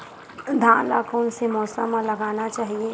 धान ल कोन से मौसम म लगाना चहिए?